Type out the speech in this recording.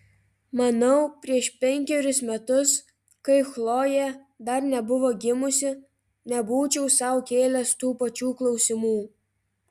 manau prieš penkerius metus kai chlojė dar nebuvo gimusi nebūčiau sau kėlęs tų pačių klausimų